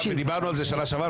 ודיברנו על זה בשנה שעברה,